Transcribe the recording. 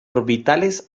orbitales